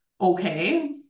okay